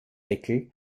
deckel